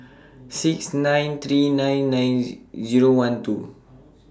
six nine three nine nine Z Zero one two